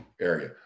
area